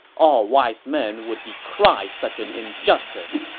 all wise men would decry such an injustice!